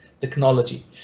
technology